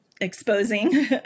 exposing